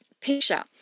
picture